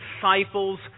disciples